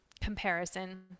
comparison